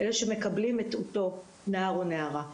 שמקבלים את אותו נער או נערה,